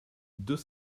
deux